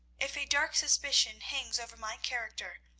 if a dark suspicion hangs over my character,